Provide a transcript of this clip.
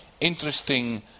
interesting